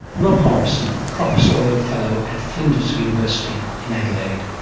rob morrison, professorial fellow at flinders university in adelaide.